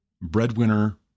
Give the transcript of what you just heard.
breadwinner